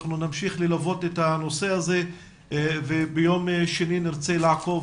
אנחנו נמשיך ללוות את הנושא הזה וביום שני נרצה לעקוב